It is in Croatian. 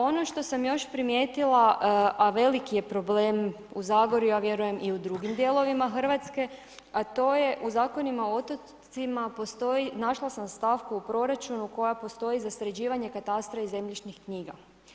Ono što sam još primijetila, a veliki je problem u Zagorju, ja vjerujem i u drugim dijelovima RH, a to je u Zakonima o otocima postoji, našla sam stavku u proračunu koja postoji za sređivanje katastara i zemljišnih knjiga.